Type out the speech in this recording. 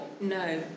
No